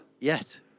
Yes